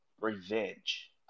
Revenge